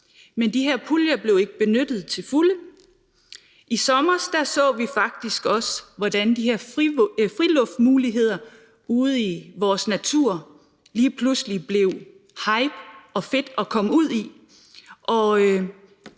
men de puljer blev ikke benyttet til fulde. I sommer så vi faktisk også, hvordan de her friluftsmuligheder blev brugt og det lige pludselig blev hypet og fedt at komme ud i